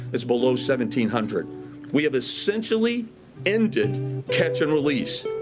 it's below seventeen hundred we have essentially ended catch and release.